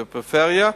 בפריפריה,